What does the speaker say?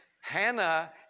Hannah